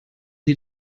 sie